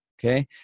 Okay